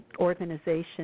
organization